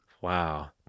Wow